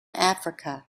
africa